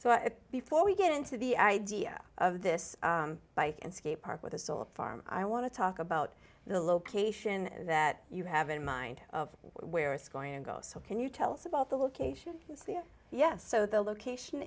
so it before we get into the idea of this bike and skate park with a solar farm i want to talk about the location that you have in mind of where it's going to go so can you tell us about the location yes so the location